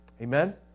amen